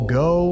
go